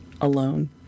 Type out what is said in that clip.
alone